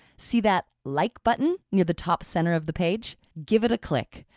see that like button near the top center of the page? give it a click,